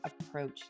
approach